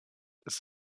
ist